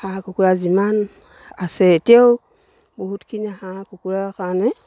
হাঁহ কুকুৰা যিমান আছে এতিয়াও বহুতখিনি হাঁহ কুকুুৰাৰ কাৰণে